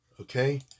Okay